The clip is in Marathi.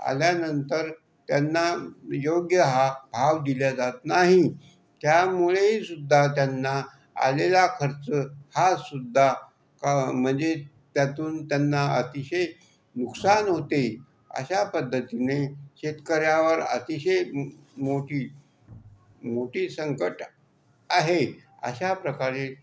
आल्यानंतर त्यांना योग्य हा भाव दिला जात नाही त्यामुळेसुद्धा त्यांना आलेला खर्च हासुद्धा म्हणजे त्यातून त्यांना अतिशय नुकसान होते अशा पद्धतीने शेतकऱ्यांवर अतिशय मोठी मोठी संकट आहे अशा प्रकारे